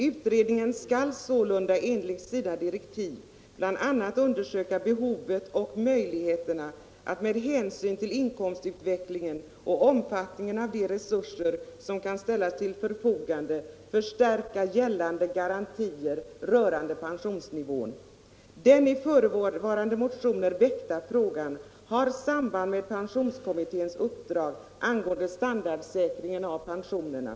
Utredningen skall sålunda enligt sina direktiv bl.a. undersöka behovet av och möjligheterna att med hänsyn till inkomstutvecklingen och omfattningen av de resurser som kan ställas till förfogande förstärka gällande garantier rörande pensionsnivån. Den i förevarande motioner väckta frågan har samband med pensionskommitténs uppdrag angående standardsäkringen av pensionerna.